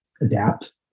adapt